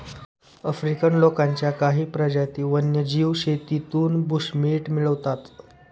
African लोकांच्या काही प्रजाती वन्यजीव शेतीतून बुशमीट मिळवतात